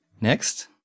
Next